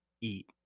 eat